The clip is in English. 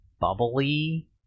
bubbly